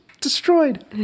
destroyed